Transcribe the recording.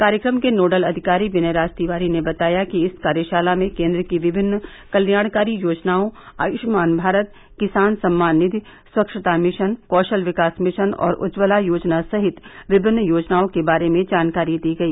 कार्यक्रम के नोडल अधिकारी विनय राज तिवारी ने बताया कि इस कार्यशाला में केन्द्र की विभिन्न कल्याणकारी योजनाओं आयुष्मान भारत किसान सम्मान निधि स्वच्छता मिशन कौशल विकास मिशन और उज्ज्वला योजना सहित विभिन्न योजनाओं के बारे में जानाकारी दी गई